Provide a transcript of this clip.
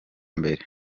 mbere